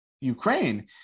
Ukraine